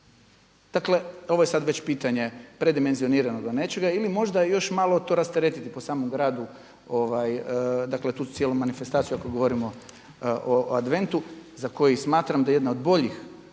Dakle, ovo je sad već pitanje predimenzioniranoga nečega ili možda još malo to rasteretiti po samom gradu, dakle tu cijelu manifestaciju ako govorimo o adventu za koji smatram da je jedan od boljih,